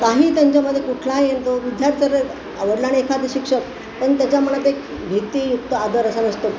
काही त्यांच्यामध्ये कुठलाही येऊ विद्यार्थ्यांना आवडला नाही एखादं शिक्षक पण त्याच्यामुळं ते भीतीयुक्त आदर असा नसतो